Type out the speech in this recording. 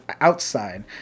outside